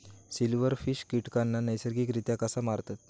Silverfish कीटकांना नैसर्गिकरित्या कसा मारतत?